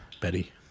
Betty